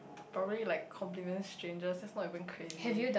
probably like compliment strangers that's not even crazy